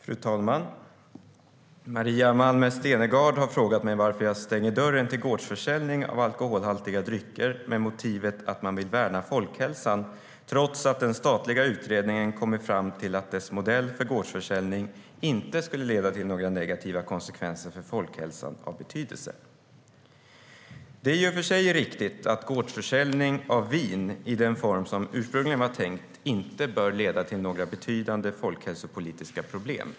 Fru talman! Maria Malmer Stenergard har frågat mig varför jag stänger dörren till gårdsförsäljning av alkoholhaltiga drycker med motivet att man vill värna folkhälsan trots att den statliga utredningen kommit fram till att dess modell för gårdsförsäljning inte skulle leda till några negativa konsekvenser för folkhälsan av betydelse. Det är i och för sig riktigt att gårdsförsäljning av vin i den form som ursprungligen var tänkt inte bör leda till några betydande folkhälsopolitiska problem.